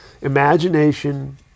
imagination